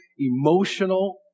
emotional